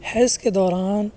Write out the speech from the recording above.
حیض کے دوران